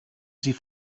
sie